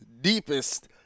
deepest